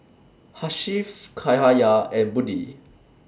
Hasif Cahaya and Budi